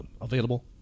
available